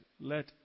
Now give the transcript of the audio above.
let